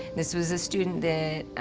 this was a student that